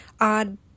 odd